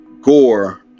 gore